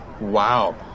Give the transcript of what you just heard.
wow